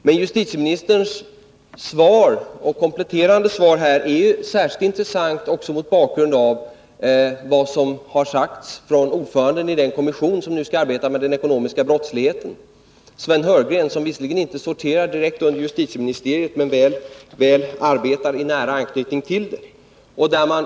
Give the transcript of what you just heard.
Men justitieministerns svar och kompletterande svar är ju särskilt intressant också mot bakgrund av vad som har sagts från ordföranden i den kommission som nu skall arbeta med den ekonomiska brottsligheten, Sven Heurgren, som visserligen inte sorterar direkt under justitiedepartementet men väl arbetar i nära anknytning till det.